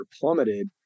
plummeted